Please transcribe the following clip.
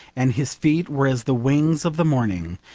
and his feet were as the wings of the morning,